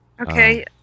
Okay